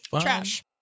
Trash